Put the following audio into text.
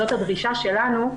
זו הדרישה שלנו,